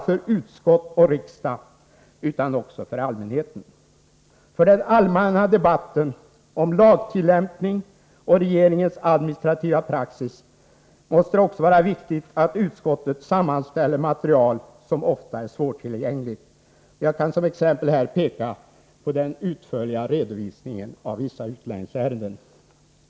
För den allmänna debatten om lagtillämpning och regeringens administrativa praxis måste det också vara viktigt att utskottet sammanställer material som ofta är svårtillgängligt. Jag kan som exempel peka på den utförliga redovisningen av vissa utlänningsärenden.